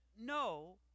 no